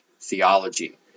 theology